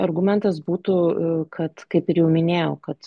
argumentas būtų kad kaip ir jau minėjau kad